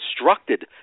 instructed